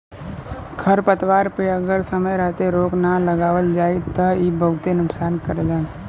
खरपतवार पे अगर समय रहते रोक ना लगावल जाई त इ बहुते नुकसान करेलन